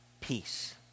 peace